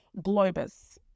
Globus